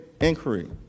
inquiry